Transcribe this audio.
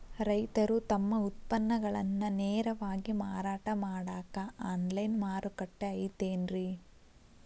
ರೈತರು ತಮ್ಮ ಉತ್ಪನ್ನಗಳನ್ನ ನೇರವಾಗಿ ಮಾರಾಟ ಮಾಡಾಕ ಆನ್ಲೈನ್ ಮಾರುಕಟ್ಟೆ ಐತೇನ್ರಿ?